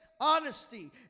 honesty